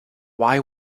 why